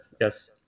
yes